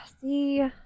see